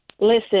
Listen